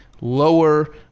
lower